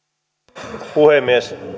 arvoisa herra puhemies